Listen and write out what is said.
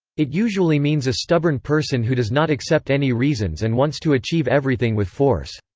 it usually means a stubborn person who does not accept any reasons and wants to achieve everything with force.